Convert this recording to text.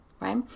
right